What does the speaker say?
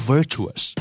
Virtuous